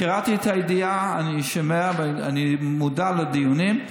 קראתי את הידיעה, אני מודע לדיונים,